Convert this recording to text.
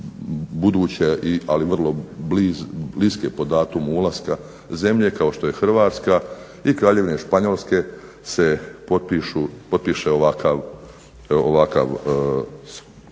buduće ali vrlo bliske po datumu ulaska zemlje kao što je Hrvatska i Kraljevine Španjolske se potpiše ovakav sporazum